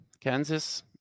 Kansas